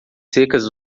secas